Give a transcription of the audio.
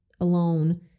alone